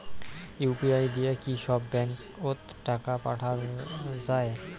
UPI দিয়া কি সব ব্যাংক ওত টাকা পাঠা যায়?